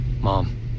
mom